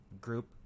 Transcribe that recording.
group